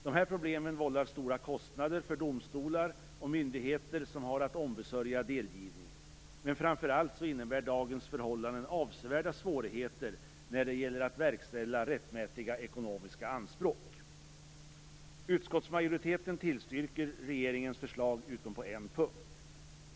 Dessa problem vållar stora kostnader för domstolar och myndigheter som har att ombesörja delgivningen. Men framför allt innebär dagens förhållanden avsevärda svårigheter när det gäller att verkställa rättmätiga ekonomiska anspråk. Utskottsmajoriteten tillstyrker regeringens förslag utom på en punkt.